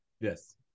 Yes